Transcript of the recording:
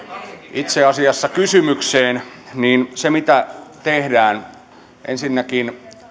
itse asiassa kysymykseen mitä tehdään ensinnäkin